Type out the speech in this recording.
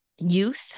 Youth